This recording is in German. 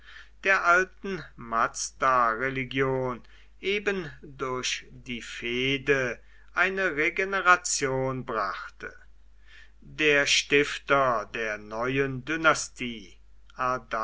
der alten mazda religion eben durch die fehde eine regeneration brachte der stifter der neuen